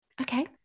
okay